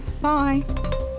Bye